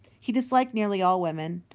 he disliked nearly all women,